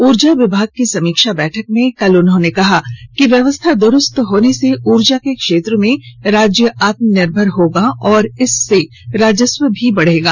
ऊर्जा विभाग की समीक्षा बैठक में कल उन्होंने कहा कि व्यव्स्था दुरूस्त होने से ऊर्जा के क्षेत्र में राज्य आत्मनिर्भर होगा और इससे राजस्व भी बढ़ेगा